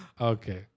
Okay